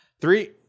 Three